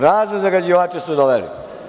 Razne zagađivače su doveli.